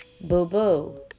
Boo-boo